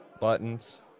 buttons